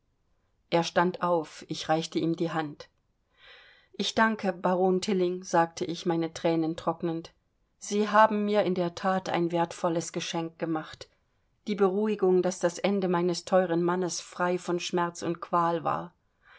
er stand auf ich reichte ihm die hand ich danke baron tilling sagte ich meine thränen trocknend sie haben mir in der that ein wertvolles geschenk gemacht die beruhigung daß das ende meines teueren mannes frei von schmerz und qual war